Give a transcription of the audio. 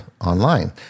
online